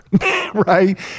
Right